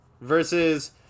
versus